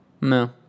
No